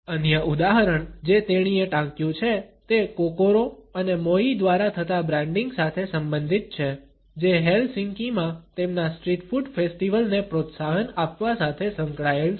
અન્ય ઉદાહરણ જે તેણીએ ટાંક્યું છે તે કોકોરો અને મોઇ દ્વારા થતા બ્રાન્ડિંગ સાથે સંબંધિત છે જે હેલસિંકી માં તેમના સ્ટ્રીટ ફૂડ ફેસ્ટિવલ ને પ્રોત્સાહન આપવા સાથે સંકળાયેલ છે